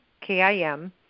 K-I-M